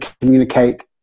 communicate